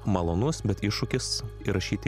malonus bet iššūkis įrašyti